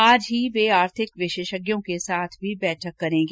बाद में वे आर्थिक विशेषज्ञों के साथ बैठक करेंगी